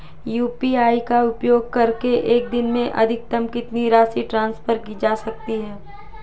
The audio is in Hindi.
यू.पी.आई का उपयोग करके एक दिन में अधिकतम कितनी राशि ट्रांसफर की जा सकती है?